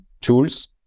tools